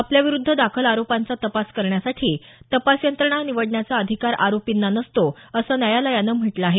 आपल्याविरुद्ध दाखल आरोपांचा तपास करण्यासाठी तपास यंत्रणा निवडण्याचा अधिकार आरोपींना नसतो असं न्यायालयानं म्हटलं आहे